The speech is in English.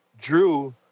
Drew